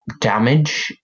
damage